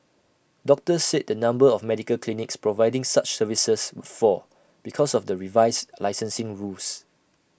doctors said the number of medical clinics providing such services would fall because of the revised licensing rules